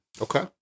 Okay